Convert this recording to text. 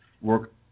work